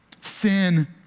Sin